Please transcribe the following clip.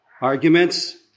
arguments